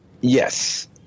Yes